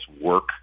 work